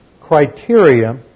criteria